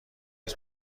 است